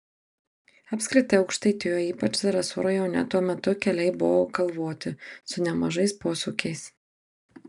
apskritai aukštaitijoje ypač zarasų rajone tuo metu keliai buvo kalvoti su nemažais posūkiais